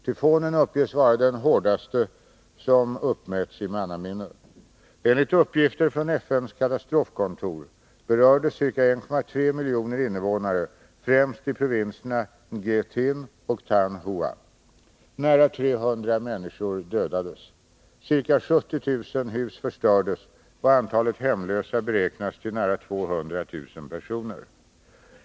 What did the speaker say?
Tyfonen uppges vara den hårdaste som uppmätts i mannaminne. Enligt uppgift från FN:s katastrofkontor berördes ca 1,3 miljoner invånare främst i provinserna Nghe Tinh och Thanh Hoa. Nära 300 människor dödades. Ca 70 000 hus förstördes, och antalet hemlösa beräknas till nära 200 000 personer.